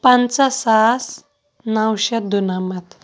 پنٛژاہ ساس نَوشَتھ دُنَمَتھ